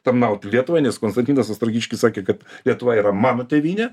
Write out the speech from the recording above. tarnauti lietuvai nes konstantinas ostrogiškis sakė kad lietuva yra mano tėvynė